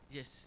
Yes